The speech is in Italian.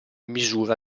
misura